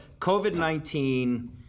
COVID-19